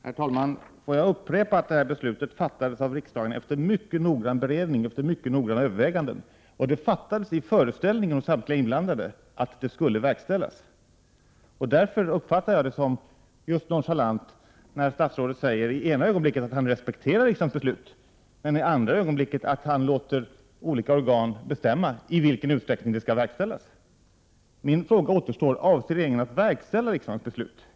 Herr talman! Får jag upprepa att det här beslutet fattades i riksdagen efter mycket noggrann beredning och mycket noggranna överväganden. Det fattades i föreställningen hos samtliga inblandade att beslutet skulle verkställas. Därför uppfattar jag det som nonchalans när statsrådet i ena ögonblicket säger att han respekterar riksdagens beslut, men i det andra ögonblicket säger att han låter olika organ bestämma i vilken utsträckning beslut skall verkställas. Min fråga kvarstår: Avser regeringen att verkställa riksdagens beslut?